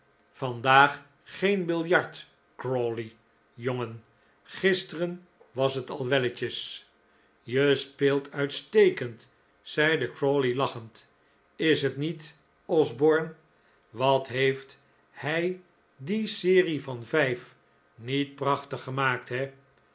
vandaag geen biljart crawley jongen gisteren was het al welletjes je speelt uitstekend zeide crawley lachend is het niet osborne wat heeft hij die serie van vijf niet prachtig gemaakt he